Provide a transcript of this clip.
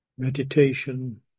Meditation